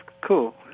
cool